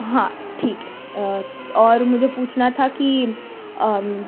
ہاں ٹھیک ہے اور مجھے پوچھنا تھا کہ